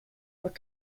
what